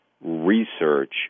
research